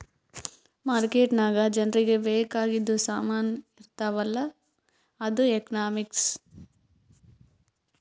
market ನಾಗ್ ಜನರಿಗ ಬೇಕ್ ಆಗಿದು ಸಾಮಾನ್ ಇರ್ತಾವ ಅಲ್ಲ ಅದು ಎಕನಾಮಿಕ್ಸ್